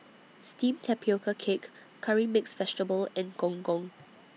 Steamed Tapioca Cake Curry Mixed Vegetable and Gong Gong